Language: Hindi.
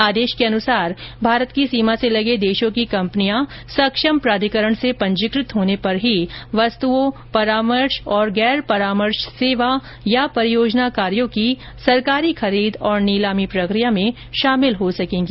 आदेश के अनुसार भारत की सीमा से लगे देशों की कंपनियां सक्षम प्राधिकरण से पंजीकृत होने पर ही वस्तुओं परामर्श और गैर परामर्श सेवा या परियोजना कार्यो की सरकारी खरीद और नीलामी प्रक्रिया में शामिल हो सकेंगी